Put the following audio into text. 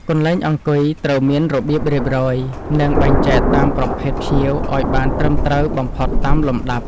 កន្លែងអង្គុយត្រូវមានរបៀបរៀបរយ និង បែងចែកតាមប្រភេទភ្ញៀវឱ្យបានត្រឹមត្រូវបំផុតតាមលំដាប់។